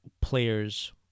players